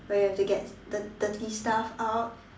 where you have to get the dirty stuff out